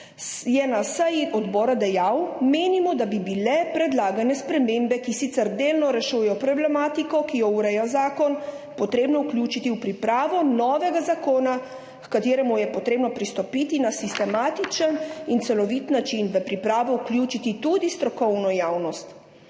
je na seji odbora dejal: »Menimo, da bi bilo predlagane spremembe, ki sicer delno rešujejo problematiko, ki jo ureja zakon, potrebno vključiti v pripravo novega zakona, h kateremu je potrebno pristopiti na sistematičen in celovit način, v pripravo vključiti tudi strokovno javnost.